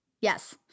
Yes